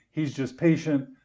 he's just patient,